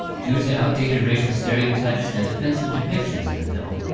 due to outdated racial stereotypes and offensive depictions in the film,